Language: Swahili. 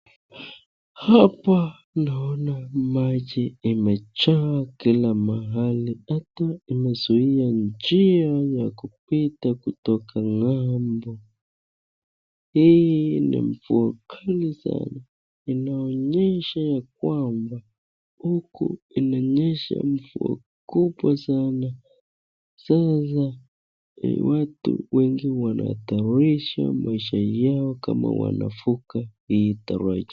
Hapa naona maji imejaa kila mahali hata imezuia njia ya kupita kutoka ng'ambo. Hii ni mvua kali sana inaonyesha ya kwamba huku inanyesha mvua kubwa sana sasa watu wengi wanahatarisha maisha yao kama wanavuka hii daraja.